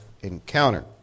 encounter